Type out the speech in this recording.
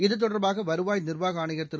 இதுதொடர்பாகவருவாய் நிர்வாகஆணையர் திரு